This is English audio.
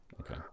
Okay